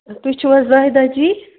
تُہۍ چھِو حظ ظاہدہ جی